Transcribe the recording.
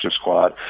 squad